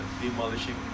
demolishing